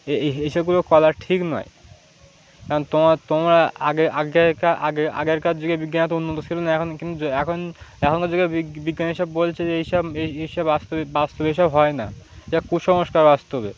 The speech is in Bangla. এই এইসবগুলো কলা ঠিক নয় কারণ তোমার তোমরা আগে আগেকার আগে আগেকার যুগ বিজ্ঞানের উন্নত ছিলো না এখন কিন্তু এখন এখনকার জেগে বিজ্ঞান এইসব বলছে যে এইসব এইসব বাঁচতে এসব হয় না এটা কুসংস্কার বাস্তবে